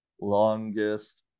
longest